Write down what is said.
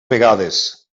vegades